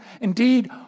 Indeed